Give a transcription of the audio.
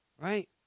Right